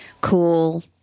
cool